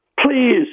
please